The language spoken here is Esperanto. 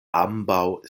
ambaŭ